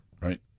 right